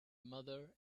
mother